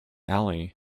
alley